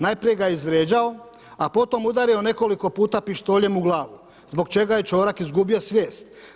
Najprije ga je izvrijeđao, a potom udario nekoliko puta pištoljem u glavu zbog čega je Čorak izgubio svijest.